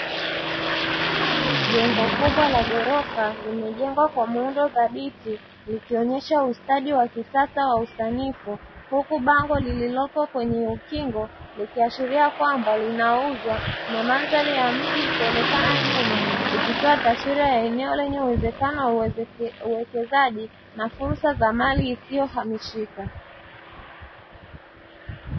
Jengo kubwa la ghorofa limejengwa kwa muundo dhabiti ilikionesha ustadi wa kisasa wausanifu, huku bango lililopo kwenye ukingo likiashiria kwamba linauzwa na madhari ya mji ikionekana nyuma ikitoa taswira ya eneo lenye uwezekano wa uwekezaji na fursa za mali isiyo hamishika.